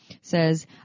says